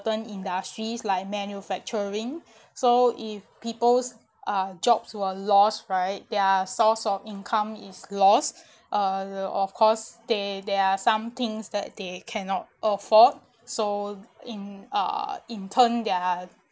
certain industries like manufacturing so if people's are jobs were lost right their source of income is lost uh of course there there are some things that they cannot afford so in uh in turn their